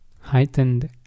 heightened